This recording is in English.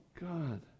God